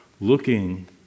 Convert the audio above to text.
looking